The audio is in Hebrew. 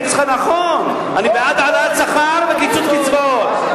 נכון, אני בעד העלאת שכר וקיצוץ קצבאות.